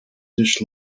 dish